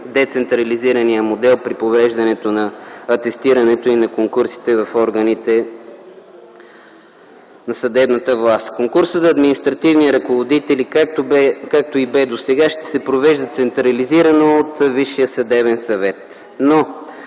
децентрализирания модел при въвеждането на атестирането и на конкурсите в органите на съдебната власт. Конкурсът за административни ръководители, както бе и досега, ще се провежда централизирано от Висшия съдебен съвет,